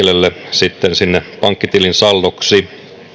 sitten pankkitilin saldoksi